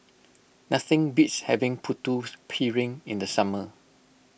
nothing beats having Putu Piring in the summer